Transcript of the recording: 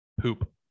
poop